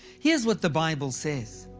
here's what the bible says.